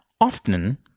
Often